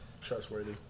trustworthy